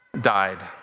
died